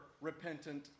repentant